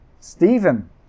Stephen